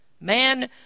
Man